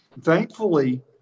Thankfully